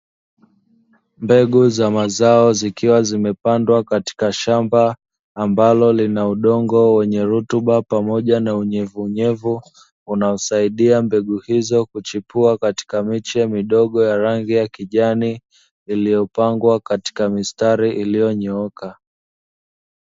Mbegu za mazao zikiwa zimepandwa katika shamba ambalo lina udongo wenye rutuba pamoja na unyevunyevu, unaosaidia mbegu hizo kuchipua katika miche midogo ya rangi ya kijani iliyopangwa katika mistari iliyonyooka.